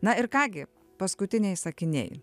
na ir ką gi paskutiniai sakiniai